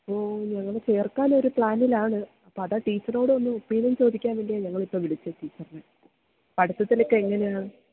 ഓ ഞങ്ങള് ചേർക്കാനൊരു പ്ലാനിലാണ് അപ്പോള് അതാണ് ടീച്ചറിനോടൊന്നു ഒപ്പീനിയൻ ചോദിക്കാൻ വേണ്ടിയാണ് ഞങ്ങളിപ്പോള് വിളിച്ചത് ടീച്ചറിനെ പഠിത്തത്തിലൊക്കെ എങ്ങനെയാണ്